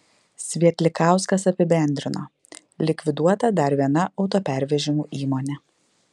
svietlikauskas apibendrino likviduota dar viena autopervežimų įmonė